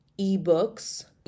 ebooks